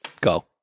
go